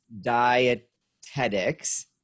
dietetics